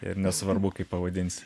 ir nesvarbu kaip pavadinsi